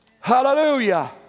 Hallelujah